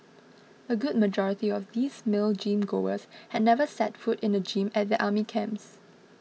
a good majority of these male gym goers had never set foot in the gym at their army camps